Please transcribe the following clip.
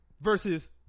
versus